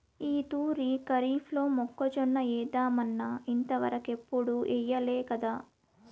ఈ తూరి కరీఫ్లో మొక్కజొన్న ఏద్దామన్నా ఇంతవరకెప్పుడూ ఎయ్యలేకదా